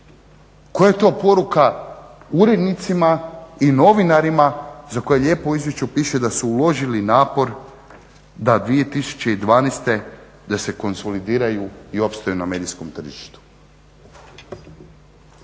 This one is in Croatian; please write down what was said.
Koja je to poruka urednicima i novinarima za koje lijepo u Izvješću piše da su uložili napor da 2012. da se konsolidiraju i opstaju na medijskom tržištu.